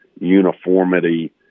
uniformity